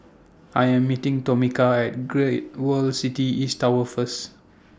I Am meeting Tomika At Great World City East Tower First